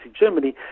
Germany